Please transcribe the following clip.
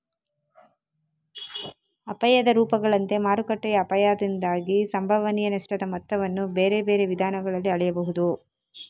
ಅಪಾಯದ ರೂಪಗಳಂತೆ ಮಾರುಕಟ್ಟೆಯ ಅಪಾಯದಿಂದಾಗಿ ಸಂಭವನೀಯ ನಷ್ಟದ ಮೊತ್ತವನ್ನು ಬೇರೆ ಬೇರೆ ವಿಧಾನಗಳಲ್ಲಿ ಅಳೆಯಬಹುದು